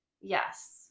Yes